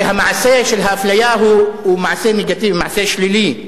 הרי המעשה של האפליה הוא מעשה נגטיבי, מעשה שלילי.